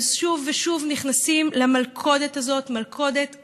הם שוב ושוב נכנסים למלכודת הזאת, מלכודת קטלנית.